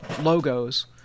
logos